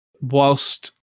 whilst